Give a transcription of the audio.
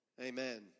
Amen